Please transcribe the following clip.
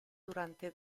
durante